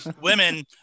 Women